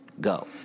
Go